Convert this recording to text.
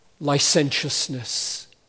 licentiousness